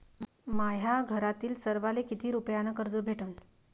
माह्या घरातील सर्वाले किती रुप्यान कर्ज भेटन?